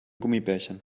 gummibärchen